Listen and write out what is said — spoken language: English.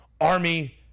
army